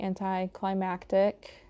anticlimactic